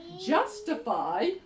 justify